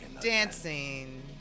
dancing